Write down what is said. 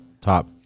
top